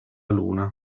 luna